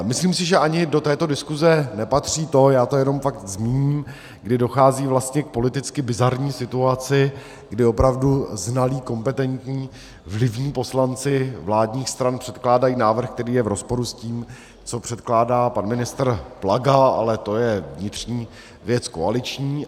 Myslím si, že ani do této diskuse nepatří to já to jenom fakt zmíním kdy dochází k politicky bizarní situaci, kdy opravdu znalí, kompetentní, vlivní poslanci vládních stran předkládají návrh, který je v rozporu s tím, co předkládá pan ministr Plaga, ale to je vnitřní věc koaliční.